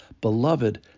Beloved